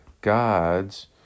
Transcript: God's